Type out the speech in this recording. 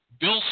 Bill